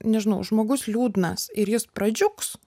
nežinau žmogus liūdnas ir jis pradžiugs